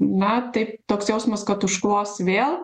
na taip toks jausmas kad užklos vėl